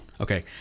Okay